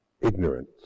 ignorance